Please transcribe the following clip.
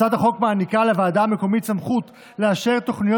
הצעת החוק מעניקה לוועדה המקומית סמכות לאשר תכניות